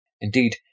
Indeed